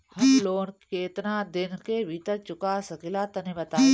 हम लोन केतना दिन के भीतर चुका सकिला तनि बताईं?